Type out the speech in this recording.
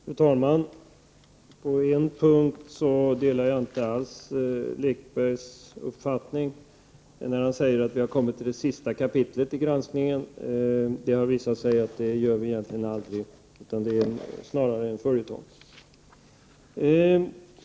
Fru talman! På en punkt delar jag inte alls Sören Lekbergs uppfattning, nämligen när han säger att vi har kommit till det sista kapitlet i granskningen — det har visat sig att det gör vi egentligen aldrig, utan det är snarare fråga om en följetong.